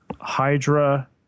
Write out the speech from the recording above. Hydra